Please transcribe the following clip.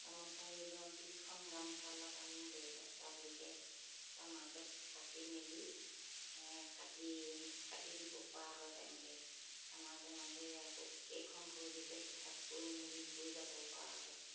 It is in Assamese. গামোচা ধৰি লওক বিছখন গামোচা লগালে ধৰি লওক ডাবুলকৈ তাৰ মাজত কাটি মেলি কাটি কাটি দিব পৰা হয় তেনেকৈ তাৰ মাজে মাজে আকৌ কেইখন হৈ গৈছে হিচাপ কৰি মেলি বৈ যাব পৰা হয়